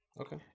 Okay